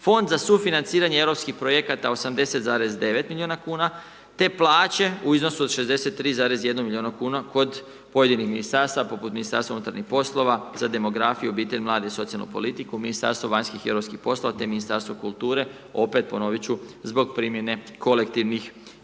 Fond za sufinanciranje europskih projekta 80,9 milijuna kn, te plaće u iznosu od 63,1 milijuna kn, kod pojedinih ministarstva, poput Ministarstva unutarnjih poslova, za demografije, obitelj, mlade i socijalnu politiku, Ministarstvo vanjskih i europskih poslova, te Ministarstvo kulture, opet ponoviti ću zbog primjene kolektivnih,